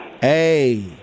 Hey